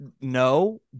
no